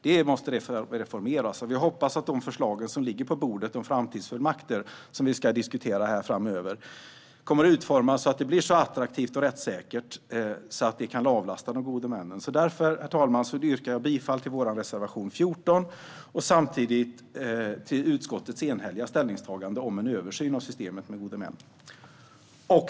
Det måste reformeras, och vi hoppas att de förslag som ligger på bordet om framtidsfullmakter, och som vi ska diskutera framöver, kommer att utformas så att det blir så attraktivt och rättssäkert så att vi kan avlasta de gode männen. Därför yrkar jag bifall till vår reservation 14 och samtidigt till utskottets enhälliga ställningstagande om en översyn av systemet med gode män.